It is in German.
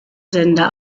sender